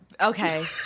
Okay